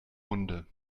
munde